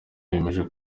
bemeje